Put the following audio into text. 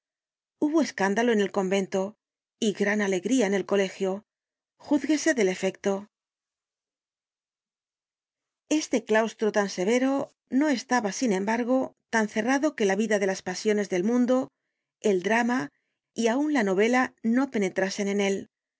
hubo escándalo en el convento y gran alegría en el colegio juzguese del efecto este claustro tan severo no estaba sin embargo tan cerrado que la vida de las pasiones del mundo el drama y aun la novela no penetrasen en él